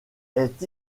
est